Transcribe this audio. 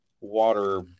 water